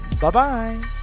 Bye-bye